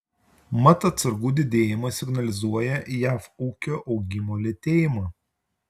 mat atsargų didėjimas signalizuoja jav ūkio augimo lėtėjimą